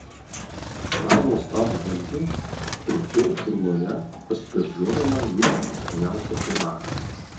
tą nuostabų valgį tirpdžiau burnoje pasigardžiuodama lyg skaniausią pyragą